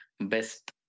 Best